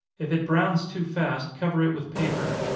if it browns too fast, cover it with paper.